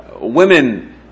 women